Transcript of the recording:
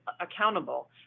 accountable